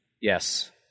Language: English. Yes